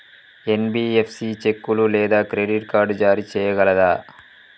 NBFC చెక్కులు లేదా credit card జారీ చేయగలదా?